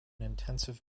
intensive